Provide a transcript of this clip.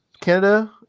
Canada